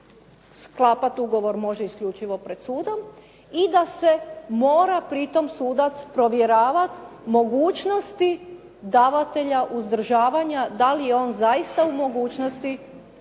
sklapati ugovor može isključivo pred sudom i da se pri tome sudac provjeravati mogućnosti davatelja uzdržavanja da li je on zaista u mogućnosti